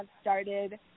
started